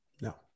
No